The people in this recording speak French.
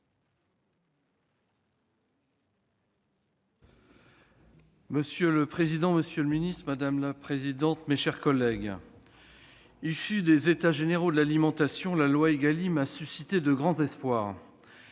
Monsieur le président, monsieur le ministre, mes chers collègues, issue des États généraux de l'alimentation, la loi Égalim a suscité de grands espoirs.